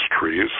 trees